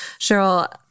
Cheryl